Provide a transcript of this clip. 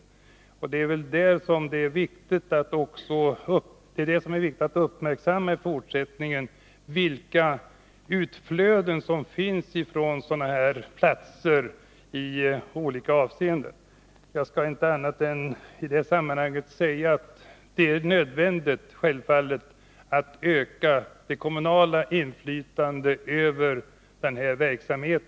Det är väl också viktigt att i fortsättningen uppmärksamma vilka ”utflöden” som finns från sådana här platser. Jag skall i sammanhanget inte säga annat än att det självfallet är nödvändigt att öka det kommunala inflytandet över sådan här verksamhet.